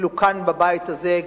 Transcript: אפילו כאן בבית הזה,